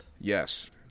Yes